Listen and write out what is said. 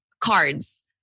cards